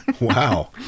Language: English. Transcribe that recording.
Wow